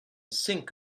sink